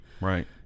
right